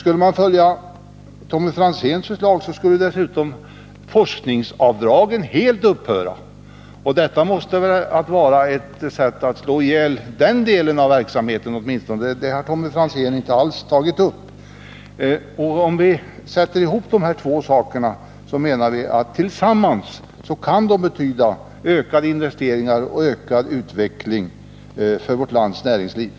Skulle man följa Tommy Franzéns förslag skulle dessutom forskningsavdragen helt upphöra, och det måste väl vara ett sätt att slå ihjäl åtminstone den delen av verksamheten — det har Tommy Franzén inte alls tagit upp. Vi menar att dessa båda avdrag sammantagna kan betyda ökade investeringar och ökad utveckling för vårt lands näringsliv.